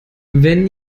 wenn